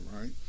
right